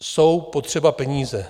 Jsou potřeba peníze.